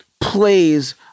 plays